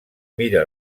mira